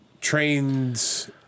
trains